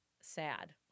sad